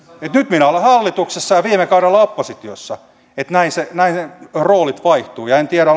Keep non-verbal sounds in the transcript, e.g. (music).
nyt minä olen hallituksessa ja viime kaudella olin oppositiossa että näin ne roolit vaihtuvat en tiedä (unintelligible)